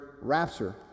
rapture